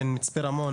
בין מצפה רמון